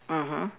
mmhmm